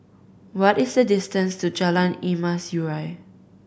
what is the distance to Jalan Emas Urai